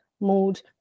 mode